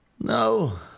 No